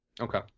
Okay